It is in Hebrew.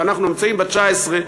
ואנחנו נמצאים בתשע-עשרה,